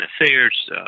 affairs